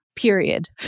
period